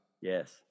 Yes